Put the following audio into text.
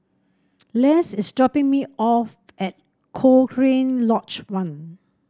Les is dropping me off at Cochrane Lodge One